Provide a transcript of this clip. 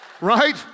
right